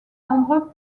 nombreux